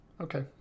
Okay